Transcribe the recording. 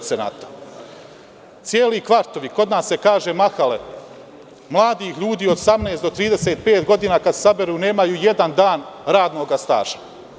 Celi kvartovi, kod nas se kaže – mahale, mladih ljudi od 18 do 35 godina, kad se sabere, nemaju jedan dan radnog staža.